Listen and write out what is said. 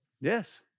Yes